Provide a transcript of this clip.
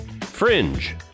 Fringe